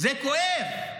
זה כואב,